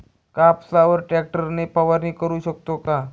कापसावर ट्रॅक्टर ने फवारणी करु शकतो का?